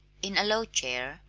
in a low chair,